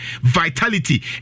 vitality